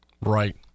Right